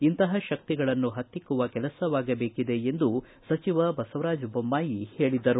ಇಂತಹ ಶಕ್ತಿಗಳನ್ನು ಪತ್ತಿಕ್ಕುವ ಕೆಲಸವಾಗಬೇಕಿದೆ ಎಂದು ಸಚಿವ ಬಸವರಾಜ್ ಬೊಮ್ಮಾಯಿ ಹೇಳಿದರು